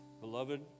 beloved